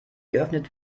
geöffnet